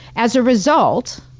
as a result,